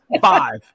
five